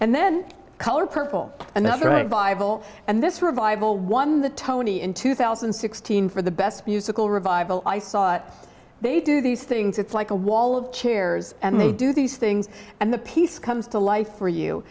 and then color purple another right bible and this revival won the tony in two thousand and sixteen for the best musical revival i saw they do these things it's like a wall of chairs and they do these things and the piece comes to life for you